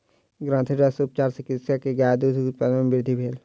ग्रंथिरस उपचार सॅ कृषक के गायक दूध उत्पादन मे वृद्धि भेल